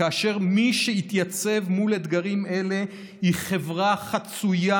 כאשר מי שתתייצב מול אתגרים אלה היא חברה חצויה,